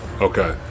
Okay